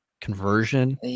conversion